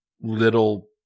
little